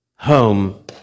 home